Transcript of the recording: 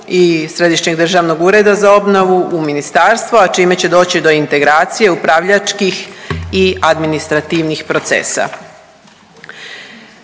i Središnjeg državnog ureda za obnovu u Ministarstvo, a čime će doći do integracije upravljačkih i administrativnih procesa.